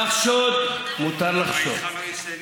לחשוד, מותר לחשוד.